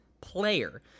player